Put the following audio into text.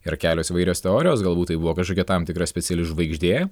yra kelios įvairios teorijos galbūt tai buvo kažkokia tam tikra speciali žvaigždė